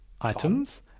items